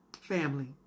family